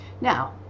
Now